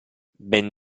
ben